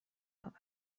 باوره